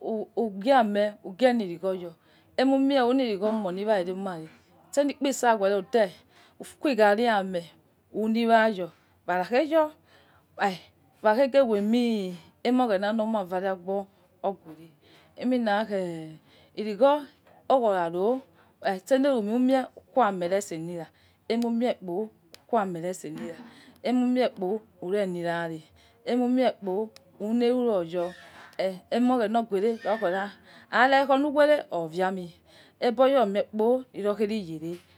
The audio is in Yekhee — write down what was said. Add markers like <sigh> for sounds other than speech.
le ughame ughe li igwooi yoi emu mie uye igwooi mo luwa re're mare okhari kiri ikpisaghe ukhu gaci amen woluwayo wakho yo <hesitation> ighe miewa inue oghena limawa var agbo logere laegho se ologho ra ro ise merumi itkhuame lira umu mie kpo ukhuame lure sei lira aimu mie use lirara ille irayo, ebo oghemare likho ire ohiwere omia mi ubu mi were ikho na yaro.